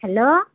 hello